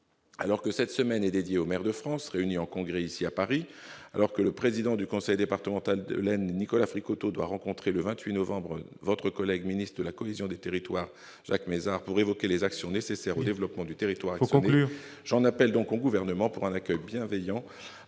Alors que cette semaine est dédiée aux maires de France, réunis en congrès à Paris, et que le président du conseil départemental de l'Aisne, Nicolas Fricoteaux, doit rencontrer le 28 novembre prochain votre collègue Jacques Mézard, ministre de la cohésion des territoires, pour évoquer les actions nécessaires au développement du territoire axonais, j'en appelle au Gouvernement pour qu'un oeil bienveillant